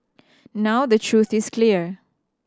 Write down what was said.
now the truth is clear